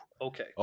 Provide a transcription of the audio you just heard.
okay